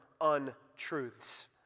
untruths